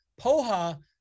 Poha